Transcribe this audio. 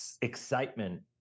excitement